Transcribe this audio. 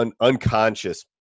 unconscious –